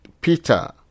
Peter